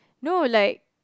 no like